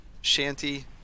shanty